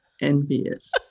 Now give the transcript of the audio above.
envious